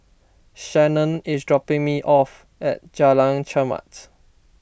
Shannan is dropping me off at Jalan Chermat